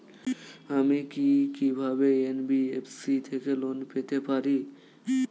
আমি কি কিভাবে এন.বি.এফ.সি থেকে লোন পেতে পারি?